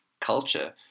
culture